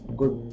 good